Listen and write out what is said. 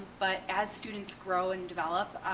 but as students grow and develop,